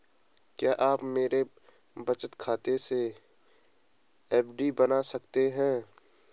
क्या आप मेरे बचत खाते से एफ.डी बना सकते हो?